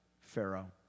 Pharaoh